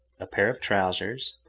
a pair of trousers,